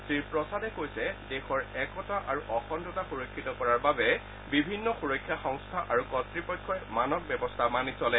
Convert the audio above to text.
শ্ৰী প্ৰসাদে কৈছে দেশৰ একতা আৰু অখণ্ডতা সূৰক্ষিত কৰাৰ বাবে বিভিন্ন সূৰক্ষা সংস্থা আৰু কৰ্ত্ত পক্ষই মানক ব্যৱস্থা মানি চলে